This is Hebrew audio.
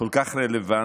כל כך רלוונטי